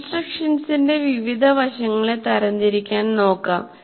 ഇൻസ്ട്രക്ഷൻസിന്റെ വിവിധ വശങ്ങളെ തരംതിരിക്കാൻ നോക്കാം